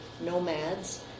nomads